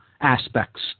aspects